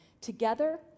together